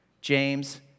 James